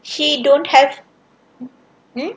she don't have mm